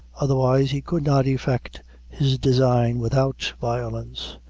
otherwise, he could not effect his design without violence,